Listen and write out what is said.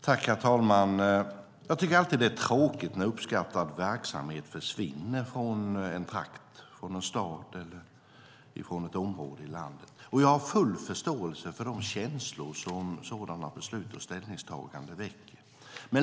Herr talman! Jag tycker alltid att det är tråkigt när uppskattad verksamhet försvinner från en trakt, en stad eller ett område i landet, och jag har full förståelse för de känslor som sådana beslut och ställningstaganden väcker.